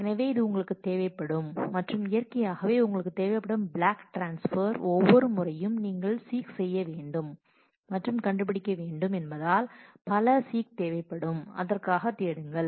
எனவே இது உங்களுக்குத் தேவைப்படும் மற்றும் இயற்கையாகவே உங்களுக்குத் தேவைப்படும் ப்ளாக் டிரான்ஸ்பர் ஒவ்வொரு முறையும் நீங்கள் சீக் செய்ய வேண்டும் மற்றும் கண்டுபிடிக்க வேண்டும் என்பதால் பல சீக் தேவைப்படும் அதற்காகத் தேடுங்கள்